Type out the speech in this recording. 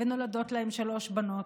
ונולדות להם שלוש בנות,